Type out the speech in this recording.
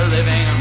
Living